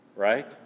Right